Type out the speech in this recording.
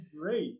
great